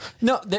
No